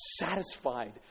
satisfied